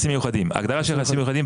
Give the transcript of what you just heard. הגדרה של יחסים מיוחדים,